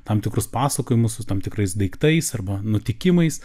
tam tikrus pasakojimus su tam tikrais daiktais arba nutikimais